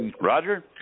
Roger